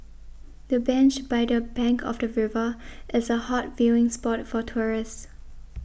the bench by the bank of the river is a hot viewing spot for tourists